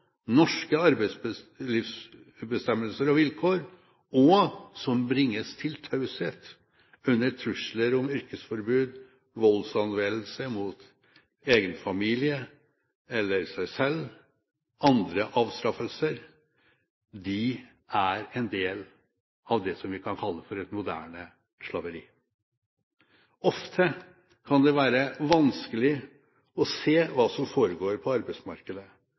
norske arbeidslivsbestemmelser og vilkår, og som bringes til taushet under trusler om yrkesforbud, voldsanvendelse mot egen familie eller seg selv, andre avstraffelser, er en del av det som vi kan kalle et moderne slaveri. Ofte kan det være vanskelig å se hva som foregår på arbeidsmarkedet